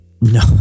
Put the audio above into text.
no